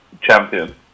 champion